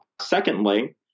Secondly